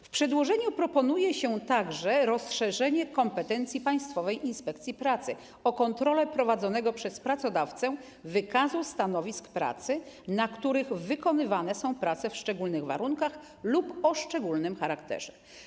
W przedłożeniu proponuje się także rozszerzenie kompetencji Państwowej Inspekcji Pracy o kontrolę prowadzonego przez pracodawcę wykazu stanowisk pracy, na których wykonywane są prace w szczególnych warunkach lub o szczególnym charakterze.